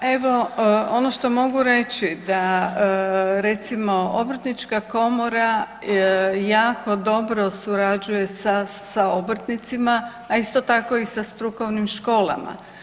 Pa evo, ono što mogu reći, da recimo obrtnička komora jako dobro surađuje sa obrtnicima a isto tako i sa strukovnim školama.